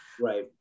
right